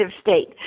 state